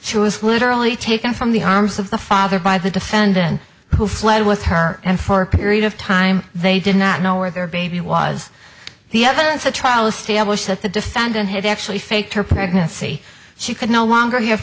she was literally taken from the arms of the father by the defendant who fled with her and for a period of time they did not know where their baby was the evidence the trial established that the defendant had actually faked her pregnancy she could no longer